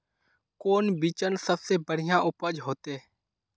कौन बिचन सबसे बढ़िया उपज होते?